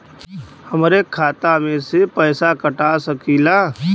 हमरे खाता में से पैसा कटा सकी ला?